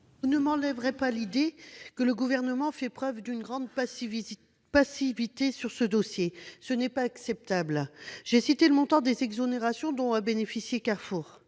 Vous ne m'enlèverez pas de l'idée que le Gouvernement fait preuve d'une grande passivité sur ce dossier. Ce n'est pas acceptable. J'ai évoqué le montant des exonérations dont a bénéficié Carrefour.